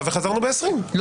סליחה, מה